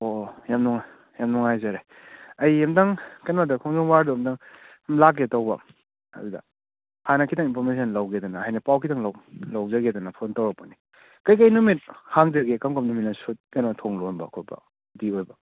ꯑꯣ ꯌꯥꯝ ꯅꯨꯡꯉꯥꯏ ꯌꯥꯝ ꯅꯨꯡꯉꯥꯏꯖꯔꯦ ꯑꯩ ꯑꯝꯇꯪ ꯀꯩꯅꯣꯗ ꯈꯣꯡꯖꯣꯝ ꯋꯥꯔꯗꯣ ꯑꯝꯇꯪ ꯂꯥꯛꯀꯦ ꯇꯧꯕ ꯑꯗꯨꯗ ꯍꯥꯟꯅ ꯈꯤꯇꯪ ꯏꯟꯐꯣꯔꯃꯦꯁꯟ ꯂꯧꯒꯦꯗꯅ ꯍꯥꯏꯅ ꯄꯥꯎ ꯈꯤꯇꯪ ꯂꯧꯖꯒꯦꯗꯅ ꯐꯣꯟ ꯇꯧꯔꯛꯄꯅꯤ ꯀꯩꯀꯩ ꯅꯨꯃꯤꯠ ꯍꯥꯡꯗꯒꯦ ꯀꯔꯝ ꯀꯔꯝꯕ ꯅꯨꯃꯤꯠꯅ ꯀꯩꯅꯣ ꯊꯣꯡ ꯂꯣꯟꯕ꯭ꯔꯣ ꯈꯣꯠꯄ꯭ꯔꯣ ꯁꯨꯇꯤ ꯑꯣꯏꯕ꯭ꯔꯣ